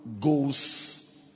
goes